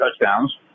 touchdowns